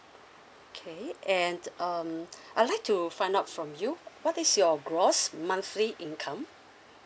okay and um I'd like to find out from you what is your gross monthly income